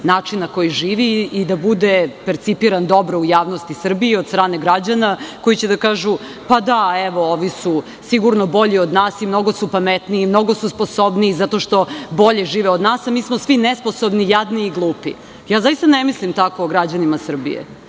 način na koji živi i da bude percipiran dobro u javnosti Srbije od strane građana, koji će da kažu – da, ovi su sigurno bolji od nas, mnogo su pametniji, mnogo su sposobniji zato što bolje žive od nas, a mi smo svi nesposobni, jadni i glupi? Zaista ne mislim o građanima Srbije